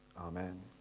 Amen